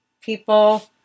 people